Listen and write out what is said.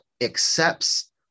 accepts